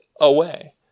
away